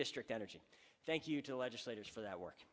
district energy thank you to the legislators for that work